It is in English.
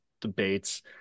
debates